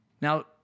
Now